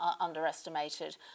underestimated